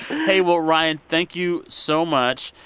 hey, well, ryan, thank you so much.